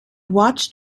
watched